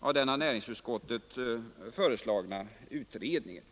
av den av näringsutskottet föreslagna utredningen.